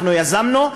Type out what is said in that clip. אנחנו יזמנו.